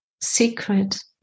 secret